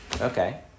Okay